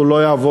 הוא לא יעבור,